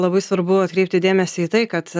labai svarbu atkreipti dėmesį į tai kad